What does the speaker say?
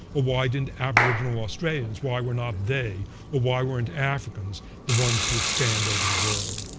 or why didn't aboriginal australians, why were not they, or why weren't africans the ones to expand over the world?